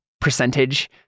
percentage